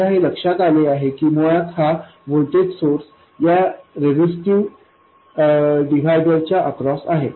माझ्या हे लक्षात आले आहे की मुळात हा व्होल्टेज सोर्स या रेझिस्टिव्ह डिव्हायडर च्या अक्रॉस आहे